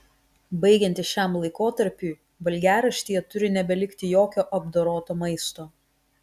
baigiantis šiam laikotarpiui valgiaraštyje turi nebelikti jokio apdoroto maisto